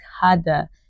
harder